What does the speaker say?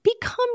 become